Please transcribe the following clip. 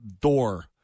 door